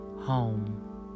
home